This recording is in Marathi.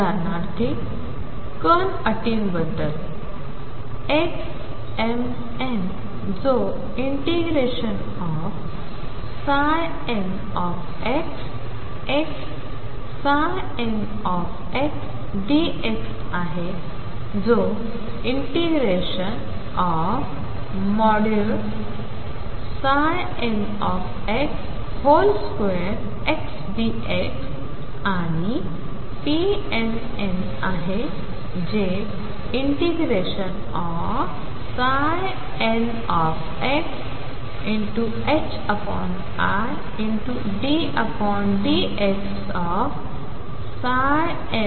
उदाहरणार्थ कर्ण अटींबद्दल xnn जो ∫nxxndx आहे जो ∫nx2xdx आणि pnn आहे जे ∫nxiddx ndx आहे